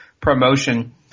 promotion